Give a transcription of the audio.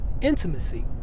intimacy